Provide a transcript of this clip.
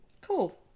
Cool